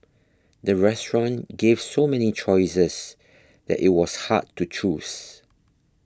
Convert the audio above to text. the restaurant gave so many choices that it was hard to choose